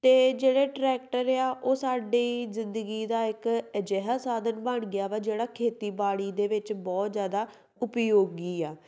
ਅਤੇ ਜਿਹੜੇ ਟਰੈਕਟਰ ਆ ਉਹ ਸਾਡੀ ਜ਼ਿੰਦਗੀ ਦਾ ਇੱਕ ਅਜਿਹਾ ਸਾਧਨ ਬਣ ਗਿਆ ਵਾ ਜਿਹੜਾ ਖੇਤੀਬਾੜੀ ਦੇ ਵਿੱਚ ਬਹੁਤ ਜ਼ਿਆਦਾ ਉਪਯੋਗੀ ਆ